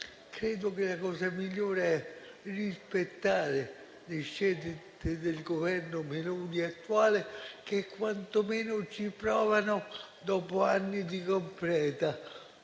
dunque che la cosa migliore sia rispettare le scelte del Governo Meloni attuale, che quantomeno ci prova dopo anni di completo